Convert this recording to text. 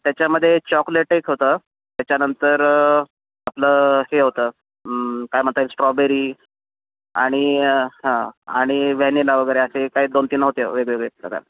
त्याच्यामध्ये चॉकलेट एक होतं त्याच्यानंतर आपलं हे होतं काय म्हणता येईल स्ट्रॉबेरी आणि हां आणि वॅनिला वगैरे असे काही दोन तीन होते वेगवेगळे प्रकार